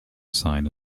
sign